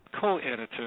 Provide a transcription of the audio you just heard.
co-editor